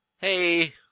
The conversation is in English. Hey